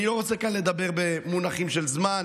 אני לא רוצה לדבר כאן במונחים של זמן